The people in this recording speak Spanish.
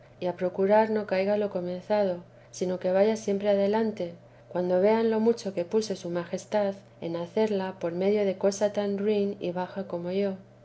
y a procurar no caya lo comenzado sino que vaya siempre adelante cuando vean lo mucho que puso su majestad en hacerla por medio de cosa tan ruin y baja como yo